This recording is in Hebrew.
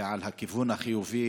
ועל הכיוון החיובי,